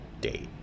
date